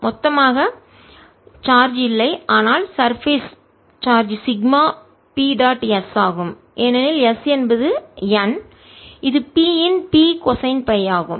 மொத்தமாக சார்ஜ் இல்லை ஆனால் சர்பேஸ் மேற்பரப்பு சார்ஜ் σ P டாட் S ஆகும் ஏனெனில் S என்பது n இது P இன் P கொசைன் பை ஆகும்